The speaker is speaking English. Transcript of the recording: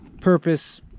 Purpose